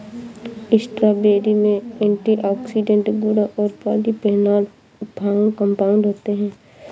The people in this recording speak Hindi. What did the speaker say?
स्ट्रॉबेरी में एंटीऑक्सीडेंट गुण और पॉलीफेनोल कंपाउंड होते हैं